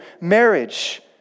marriage